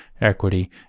equity